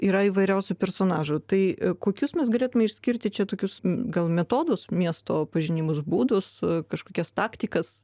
yra įvairiausių personažų tai kokius mes galėtume išskirti čia tokius gal metodus miesto pažinimus būdus kažkokias taktikas